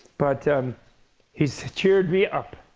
but um he's cheered me up.